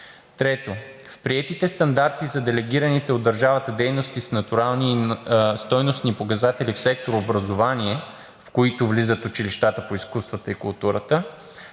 Трето, в приетите стандарти за делегираните от държавата дейности с натурални стойностни показатели в сектор „Образование“, в които влизат училищата по изкуствата и културата,